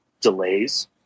delays